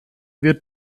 wird